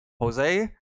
Jose